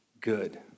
good